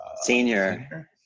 senior